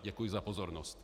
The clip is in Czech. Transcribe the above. Děkuji za pozornost.